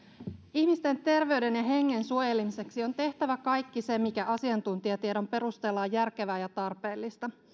ihmisten terveyden ja hengen suojelemiseksi on tehtävä kaikki se mikä asiantuntijatiedon perusteella on järkevää ja tarpeellista